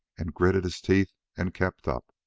and gritted his teeth and kept up.